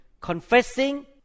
confessing